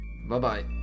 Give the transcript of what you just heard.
Bye-bye